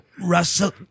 Russell